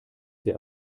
sehr